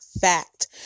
fact